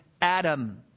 Adam